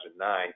2009